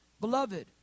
Beloved